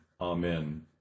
Amen